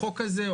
החוק הזה,